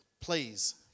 please